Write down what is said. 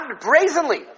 brazenly